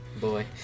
Boy